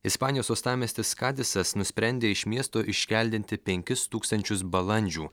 ispanijos uostamiestis kadisas nusprendė iš miesto iškeldinti penkis tūkstančius balandžių